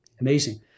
Amazing